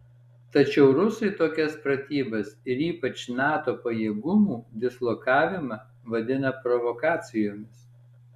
tačiau rusai tokias pratybas ir ypač nato pajėgumų dislokavimą vadina provokacijomis